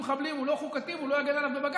למחבלים הוא לא חוקתי והוא לא יגן עליו בבג"ץ,